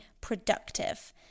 productive